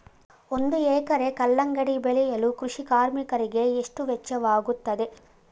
ಒಂದು ಎಕರೆ ಕಲ್ಲಂಗಡಿ ಬೆಳೆಯಲು ಕೃಷಿ ಕಾರ್ಮಿಕರಿಗೆ ಎಷ್ಟು ವೆಚ್ಚವಾಗುತ್ತದೆ?